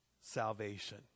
Salvation